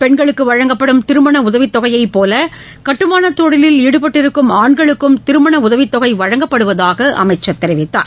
பெண்களுக்கு வழங்கப்படும் திருமண உதவித்தொகையை போல கட்டுமான தொழிலில் ஈடுபட்டிருக்கும் ஆண்களுக்கும் திருமண உதவித்தொகை வழங்கப்படுவதாக அவர் தெரிவித்தார்